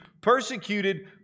persecuted